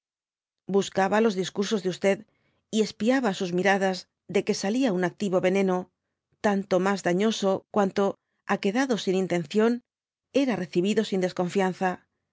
buscaba los discursos de y espiaba sus miradas de que salía un activo veneno tanto mas dafioso cuanto ha quedado sin intención era recibido sin desconfianza